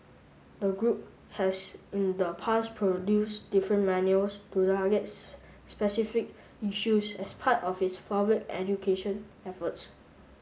the group has in the past produce different manuals to targets specific issues as part of its public education efforts